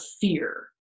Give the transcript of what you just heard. fear